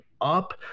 up